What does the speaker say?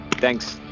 Thanks